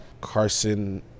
Carson